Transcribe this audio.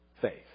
faith